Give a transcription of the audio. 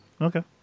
okay